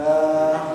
ויתרה.